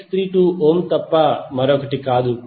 632 ఓం తప్ప మరొకటి కాదు